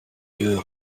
yeux